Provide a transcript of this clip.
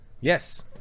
Yes